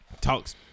talks